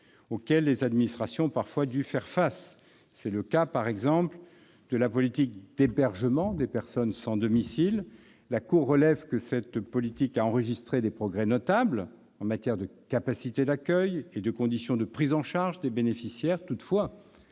auxquelles les administrations ont parfois dû faire face. C'est ainsi le cas de la politique d'hébergement des personnes sans domicile. La Cour relève que cette politique a enregistré des progrès notables en matière de capacité d'accueil et de conditions de prise en charge des bénéficiaires. Toutefois,